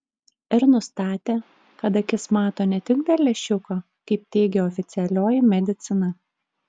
ir nustatė kad akis mato ne tik dėl lęšiuko kaip teigia oficialioji medicina